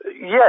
Yes